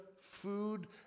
food